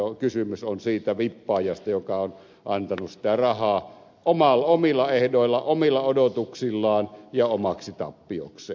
elikkä kysymys on siitä vippaajasta joka on antanut rahaa omilla ehdoillaan omilla odotuksillaan ja omaksi tappiokseen